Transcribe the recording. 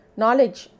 knowledge